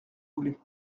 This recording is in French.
voulez